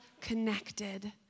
connected